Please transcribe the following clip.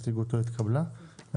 הצבעה לא